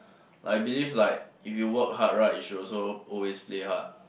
I believe like if you work hard right you should also always play hard